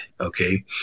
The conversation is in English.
okay